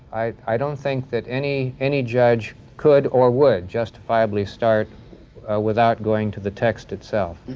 i don't think that any any judge could or would justifiably start without going to the text itself.